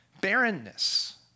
barrenness